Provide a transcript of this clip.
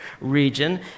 region